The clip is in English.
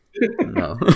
No